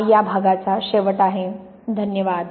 हा या भागाचा शेवट आहे धन्यवाद